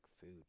food